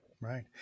Right